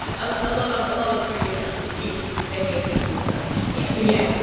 ah a lot of a lot of triggers if if if any of this is awesome. yeah. yeah.